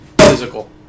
Physical